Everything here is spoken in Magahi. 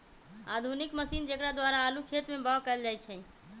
आधुनिक मशीन जेकरा द्वारा आलू खेत में बाओ कएल जाए छै